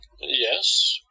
Yes